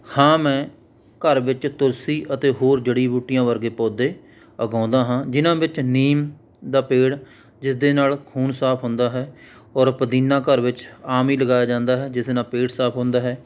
ਹਾਂ ਮੈਂ ਘਰ ਵਿੱਚ ਤੁਲਸੀ ਅਤੇ ਹੋਰ ਜੜੀ ਬੂਟੀਆਂ ਵਰਗੇ ਪੌਦੇ ਉਗਾਉਂਦਾ ਹਾਂ ਜਿਹਨਾਂ ਵਿੱਚ ਨੀਮ ਦਾ ਪੇੜ ਜਿਸ ਦੇ ਨਾਲ ਖੂਨ ਸਾਫ਼ ਹੁੰਦਾ ਹੈ ਔਰ ਪੁਦੀਨਾ ਘਰ ਵਿੱਚ ਆਮ ਹੀ ਲਗਾਇਆ ਜਾਂਦਾ ਹੈ ਜਿਸ ਨਾਲ ਪੇਟ ਸਾਫ਼ ਹੁੰਦਾ ਹੈ